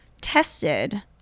tested